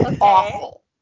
Awful